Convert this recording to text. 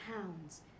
pounds